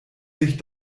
sich